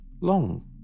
Long